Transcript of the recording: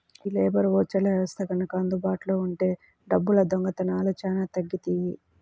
యీ లేబర్ ఓచర్ల వ్యవస్థ గనక అందుబాటులో ఉంటే డబ్బుల దొంగతనాలు చానా తగ్గుతియ్యి